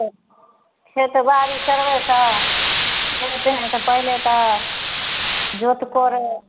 खेतबाड़ी करबै तऽ खेते हय तऽ पहिले तऽ जोत कोर